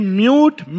mute